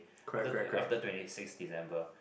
after after twenty six December